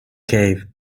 cave